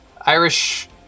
Irish